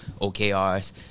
OKRs